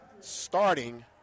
starting